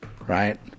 right